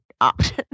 option